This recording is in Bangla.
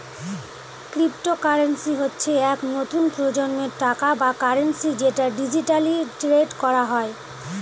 ক্রিপ্টোকারেন্সি হচ্ছে এক নতুন প্রজন্মের টাকা বা কারেন্সি যেটা ডিজিটালি ট্রেড করা হয়